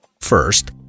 First